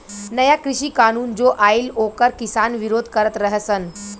नया कृषि कानून जो आइल ओकर किसान विरोध करत रह सन